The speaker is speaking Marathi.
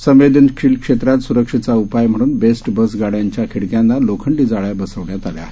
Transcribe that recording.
संवेदनशीलक्षेत्रातसुरक्षेचाउपायम्हणूनबेस्टबसगाडयांच्याखिडक्यांनालोखंडीजाळ्याबसवण्यातआल्याआहे